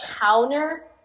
counter